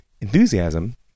Enthusiasm